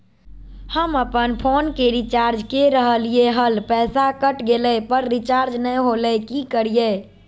हम अपन फोन के रिचार्ज के रहलिय हल, पैसा कट गेलई, पर रिचार्ज नई होलई, का करियई?